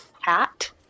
hat